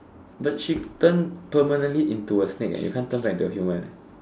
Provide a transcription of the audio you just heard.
but she turn permanently into a snake eh you can't turn back into a human